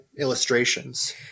illustrations